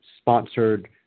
sponsored